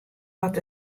wat